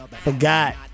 forgot